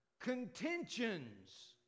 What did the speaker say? contentions